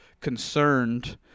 concerned